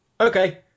Okay